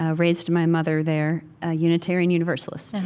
ah raised my mother there a unitarian universalist. and